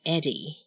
Eddie